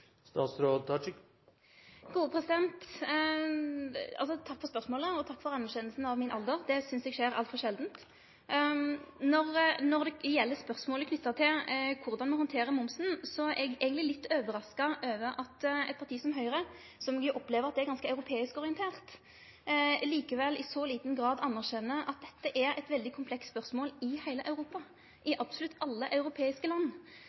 Takk for spørsmålet og takk for anerkjenninga av alderen min – det synest eg skjer altfor sjeldan. Når det gjeld spørsmålet knytt til korleis me handterer momsen, er eg eigentleg litt overraska over at eit parti som Høgre, som eg opplever er ganske europeisk orientert, likevel i så liten grad anerkjenner at dette er eit veldig komplekst spørsmål i heile Europa – i absolutt alle europeiske land